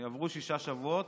עברו שישה שבועות.